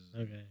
Okay